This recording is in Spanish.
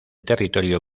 territorio